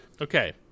Okay